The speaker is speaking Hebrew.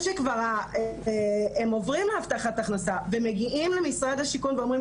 שכבר הן עוברות להבטחת הכנסה ומגיעות למשרד השיכון ואומרות,